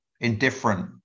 indifferent